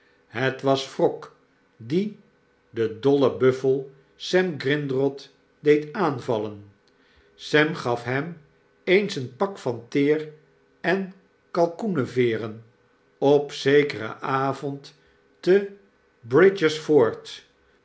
het was wrok die den dollen buffel sem grindrod deed aanvallen sem gaf hem eens een pak van teer en kalkoenenveeren opzekeren avond te